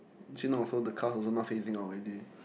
actually not so the cars also not facing out already